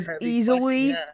easily